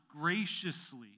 graciously